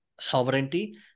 sovereignty